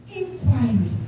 inquiry